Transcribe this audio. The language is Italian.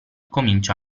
comincia